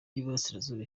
y’uburasirazuba